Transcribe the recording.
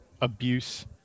abuse